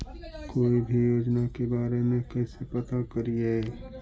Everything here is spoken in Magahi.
कोई भी योजना के बारे में कैसे पता करिए?